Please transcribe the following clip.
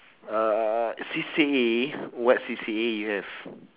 uh C_C_A what C_C_A you have